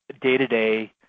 day-to-day